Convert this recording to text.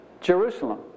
Jerusalem